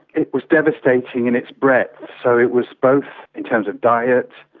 it was devastating in its breadth. so it was both in terms of diet,